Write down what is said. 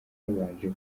yabanje